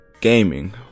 gaming